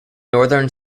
northern